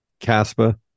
caspa